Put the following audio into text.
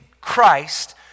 Christ